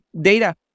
data